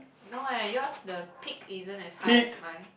no eh yours the peak isn't as high as mine